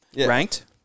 Ranked